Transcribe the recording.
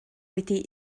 wedi